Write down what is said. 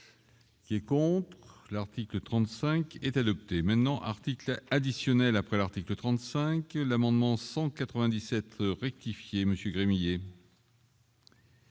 pour. Est contre l'article 35 est adopté maintenant article additionnel après l'article 35 l'amendement 197 rectifier monsieur Gremillet.